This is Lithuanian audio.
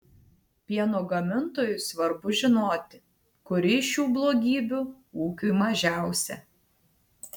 pieno gamintojui svarbu žinoti kuri iš šių blogybių ūkiui mažiausia